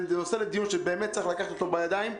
זה נושא לדיון שצריך לקחת אותו בידיים.